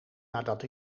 nadat